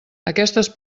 aquestes